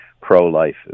pro-life